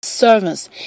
Servants